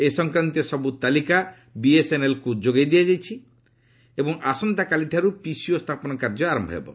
ଏହି ସଂକ୍ରାନ୍ତୀୟ ସବୁ ତାଲିକା ବିଏସ୍ଏନ୍ଏଲ୍କୁ ଯୋଗାଇ ଦିଆଯାଇଛି ଏବଂ ଆସନ୍ତାକାଲିଠାରୁ ପିସିଓ ସ୍ଥାପନ କାର୍ଯ୍ୟ ଆରମ୍ଭ ହୋଇଯିବ